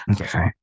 Okay